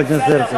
חבר הכנסת הרצוג?